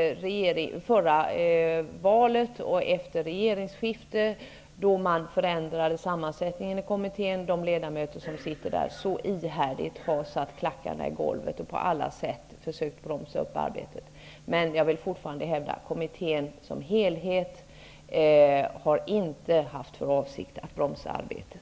senaste valet och efter regeringsskiftet, då man förändrade kommitténs sammansättning, har en del ledamöter ihärdigt satt klackarna i golvet och på alla sätt försökt bromsa upp arbetet. Men jag vill fortfarande hävda att kommittén som helhet inte har haft för avsikt att bromsa arbetet.